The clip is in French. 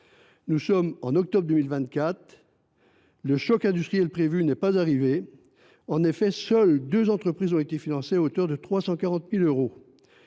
Nous sommes en octobre 2024 et le choc industriel prévu n’est pas arrivé. En effet, seules deux entreprises ont été financées, à hauteur de 340 000 euros.